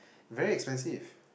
very expensive